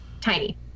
tiny